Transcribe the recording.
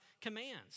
commands